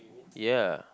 ya